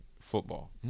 football